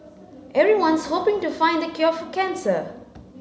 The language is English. everyone's hoping to find the cure for cancer